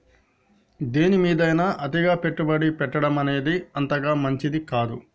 దేనిమీదైనా అతిగా పెట్టుబడి పెట్టడమనేది అంతగా మంచిది కాదు